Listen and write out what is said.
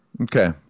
Okay